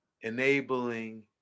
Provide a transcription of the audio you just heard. enabling